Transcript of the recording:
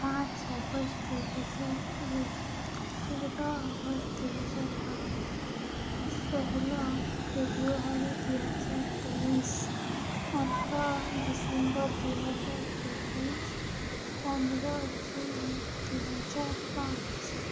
ପାଞ୍ଚ ଅଗଷ୍ଟ ଦୁଇହଜାର ଏକ ଚଉଦ ଅଗଷ୍ଟ ଦୁଇହଜାର ବାଇଶ ଷୋହଳ ଫେବୃୁଆରୀ ଦୁଇହଜାର ତେଇଶ ଅଠର ଡିସେମ୍ବର ଦୁଇହଜାର ଚବିଶ ପନ୍ଦର ଜୁନ ଦୁଇହଜାର ପାଞ୍ଚ